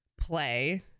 play